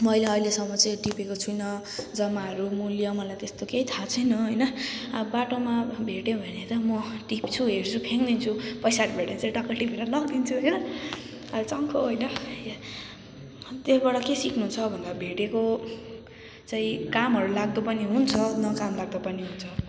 मैले अहिलेसम्म चाहिँ टिपेको छुइँन जमाहरू मूल्य मलाई त्यस्तो केही थाहा छैन होइन अब बाटोमा भेट्यो भने चाहिँ म टिप्छु हेर्छु फ्याँकिदिन्छु पैसाहरू भेट्यो भने चाहिँ टक्क टिपेर लगदिन्छु होइन अलि चङ्खो होइन त्योबाट के सिक्नुहुन्छ भन्दा भेटेको चाहिँ कामहरू लाग्दो पनि हुन्छ नकाम लाग्दो पनि हुन्छ